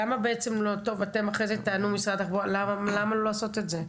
למה לא לעשות את זה?